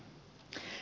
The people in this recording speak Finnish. no ahma